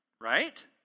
Right